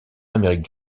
amérique